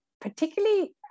particularly